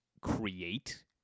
create